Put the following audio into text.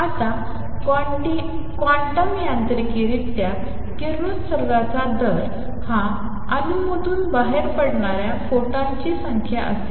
आता क्वांटम यांत्रिकरित्या किरणोत्सर्गाचा दर हा अणूमधून बाहेर पडणाऱ्या फोटॉनची संख्या असेल